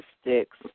Sticks